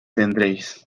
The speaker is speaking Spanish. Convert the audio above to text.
tendréis